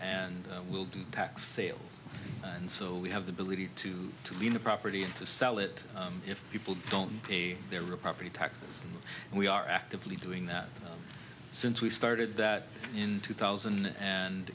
and we'll do tax sales and so we have the ability to to be in the property and to sell it if people don't pay their real property taxes and we are actively doing that since we started that in two thousand and